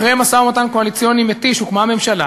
אחרי משא-ומתן קואליציוני מתיש הוקמה הממשלה,